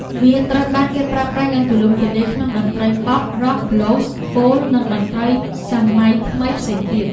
វាត្រូវបានគេប្រើប្រាស់យ៉ាងទូលំទូលាយក្នុងតន្ត្រីប៉ុប រ៉ុក ប៊្លូស៍ ហ្វូលក និងតន្ត្រីសម័យថ្មីផ្សេងៗទៀត។